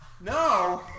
No